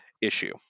issue